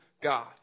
God